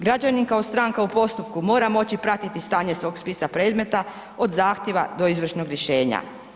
Građani kao stranka u postupku mora moći pratiti stanje svog spisa predmeta od zahtjeva do izvršnog rješenja.